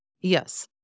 Yes